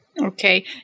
Okay